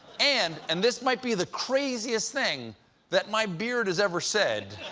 and and this might be the craziest thing that my beard has ever said